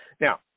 now